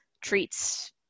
treats